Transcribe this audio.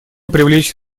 привлечь